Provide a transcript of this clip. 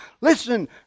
listen